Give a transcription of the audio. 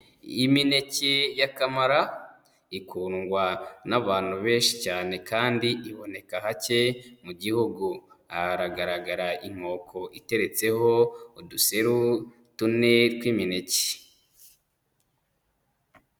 Imineke y'akamara, ikundwa n'abantu benshi cyane kandi iboneka hake mu gihugu. Aha haragaragara inkoko iteretseho uduseru tune tw'imineke.